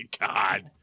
God